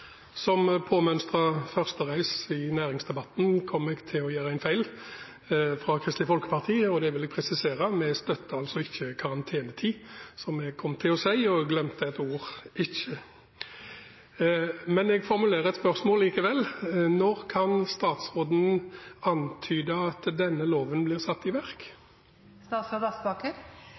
nå. Som påmønstret førstereis i næringsdebatten kom jeg til å gjøre en feil for Kristelig Folkeparti. Det vil jeg presisere. Vi støtter ikke karantenetid, som jeg kom til å si – jeg glemte et ord: «ikke». Jeg formulerer et spørsmål likevel: Kan statsråden antyde når denne loven blir satt i verk?